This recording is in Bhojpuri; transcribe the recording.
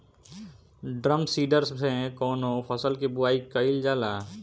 ड्रम सीडर से कवने फसल कि बुआई कयील जाला?